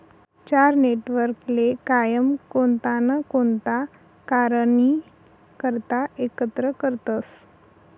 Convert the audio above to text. चार नेटवर्कले कायम कोणता ना कोणता कारणनी करता एकत्र करतसं